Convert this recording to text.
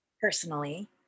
personally